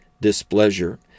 displeasure